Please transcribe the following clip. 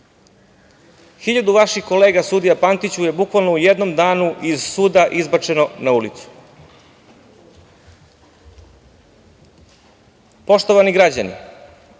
Hiljadu vaših kolega, sudija Pantiću, je bukvalno u jednom danu iz suda izbačeno na ulicu. Poštovani građani,